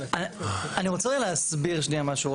אני רוצה רגע להסביר שנייה משהו.